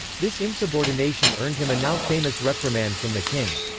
this insubordination earned him a now famous reprimand from the king.